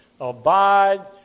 Abide